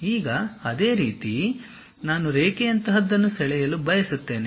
ಈಗ ಅದೇ ರೀತಿ ನಾನು ರೇಖೆಯಂತಹದನ್ನು ಸೆಳೆಯಲು ಬಯಸುತ್ತೇನೆ